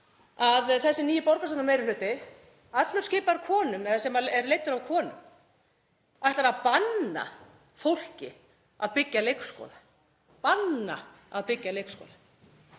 að þessi nýi borgarstjórnarmeirihluti, allur skipaður konum, sem er leiddur af konum, ætlar að banna fólki að byggja leikskóla, banna að byggja leikskóla.